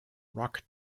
rock